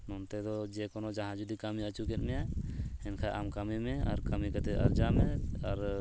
ᱱᱚᱱᱛᱮ ᱫᱚ ᱡᱮ ᱠᱳᱱᱳ ᱡᱟᱦᱟᱸᱭ ᱡᱩᱫᱤ ᱠᱟᱹᱢᱤ ᱟᱹᱪᱩ ᱠᱮᱫ ᱢᱮᱭᱟᱭ ᱮᱱᱠᱷᱟᱱ ᱟᱢ ᱠᱟᱹᱢᱤ ᱢᱮ ᱟᱨ ᱠᱟᱹᱢᱤ ᱠᱟᱛᱮᱫ ᱟᱨᱡᱟᱣ ᱢᱮ ᱟᱨ